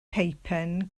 peipen